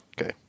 Okay